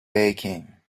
baking